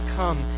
come